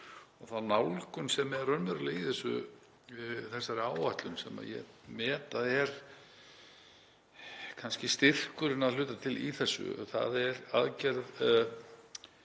og þá nálgun sem er raunverulega í þessari áætlun, sem ég met að sé kannski styrkurinn að hluta til í þessu. Það er aðgerð